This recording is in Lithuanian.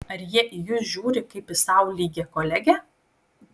ar jie į jus žiūri kaip į sau lygią kolegę